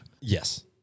Yes